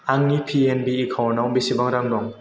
आंनि पिएनबि एकाउन्टाव बेसेबां रां दं